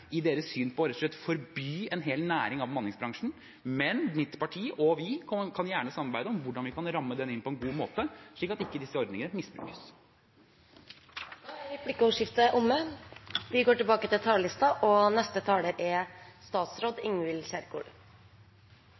i deres syn på rett og slett å forby en hel næring, bemanningsbransjen, men mitt parti og vi kan gjerne samarbeide om hvordan vi kan ramme det inn på en god måte, slik at disse ordningene ikke misbrukes. Replikkordskiftet er omme. Gjennom nesten to år med koronapandemi har vår felles helse- og